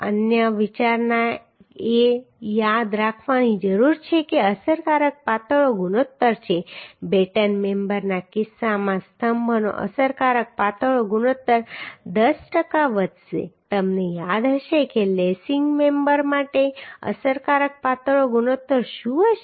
અન્ય વિચારણા એ યાદ રાખવાની જરૂર છે કે અસરકારક પાતળો ગુણોત્તર છે બેટન મેમ્બરના કિસ્સામાં સ્તંભનો અસરકારક પાતળો ગુણોત્તર 10 ટકા વધશે તમને યાદ હશે કે લેસિંગ મેમ્બર માટે અસરકારક પાતળો ગુણોત્તર શું હશે